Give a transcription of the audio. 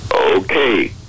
Okay